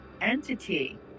entity